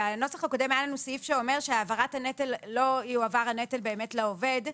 בנוסח הקודם היה לנו סעיף שאומר שלא יועבר הנטל באמת לעובד,